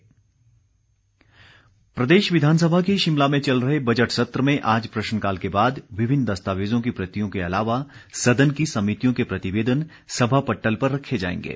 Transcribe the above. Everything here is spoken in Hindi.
विधानसभा प्रदेश विधानसभा के शिमला में चल रहे बजट सत्र में आज प्रश्नकाल के बाद विभिन्न दस्तावेजों की प्रतियों के अलावा सदन की समितियों के प्रतिवेदन सभा पट्टल पर रखे जाएंगे